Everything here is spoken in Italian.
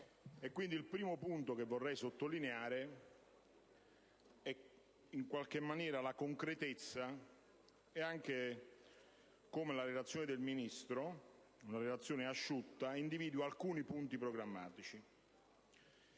Il primo punto che vorrei sottolineare riguarda la concretezza e anche il modo in cui la relazione del Ministro - una relazione asciutta - individua alcuni punti programmatici.